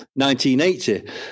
1980